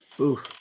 Oof